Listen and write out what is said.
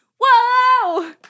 Whoa